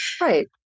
Right